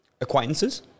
acquaintances